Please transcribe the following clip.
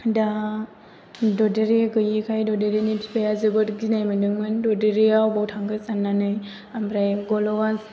दा ददेरे गैयिखाय ददेरेनि बिफाया जोबोद गिनाय मोन्दोंमोन ददेरेआ अबाव थांखो साननानै ओमफ्राय गल'आ